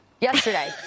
yesterday